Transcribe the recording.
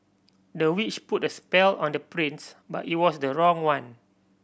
the witch put a spell on the prince but it was the wrong one